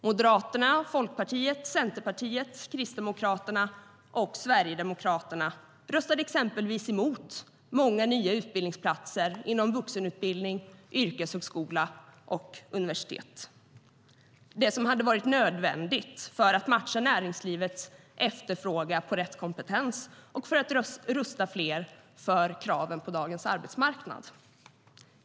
Moderaterna, Folkpartiet, Centerpartiet, Kristdemokraterna och Sverigedemokraterna röstade exempelvis emot många nya utbildningsplatser inom vuxenutbildning, yrkeshögskola och universitet, det som hade varit nödvändigt för att matcha näringslivets efterfrågan på rätt kompetens och för att rusta fler för kraven på dagens arbetsmarknad.